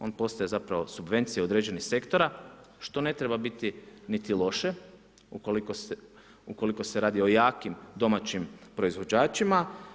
On postaje zapravo subvencija određenih sektora, što ne treba biti niti loše, ukoliko se radi o jakim domaćim proizvođačima.